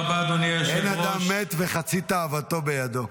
אין אדם מת וחצי תאוותו בידו.